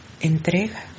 entrega